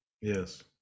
Yes